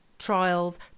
trials